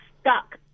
stuck